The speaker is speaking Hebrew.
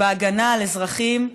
בהגנה על אזרחים,